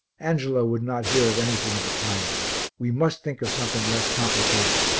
angelo would not hear of anything of the kind we must think of something less complicated.